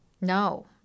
No